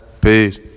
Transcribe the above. Peace